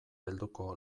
helduko